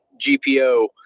GPO –